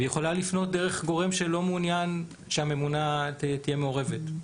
והיא יכולה לפנות דרך גורם שלא מעוניין שהממונה תהיה מעורבת.